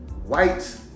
White